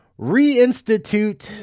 reinstitute